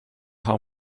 how